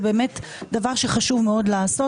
זה באמת דבר שחשוב מאוד לעשות,